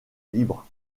libre